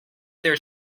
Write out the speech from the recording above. there